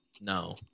no